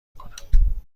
کنم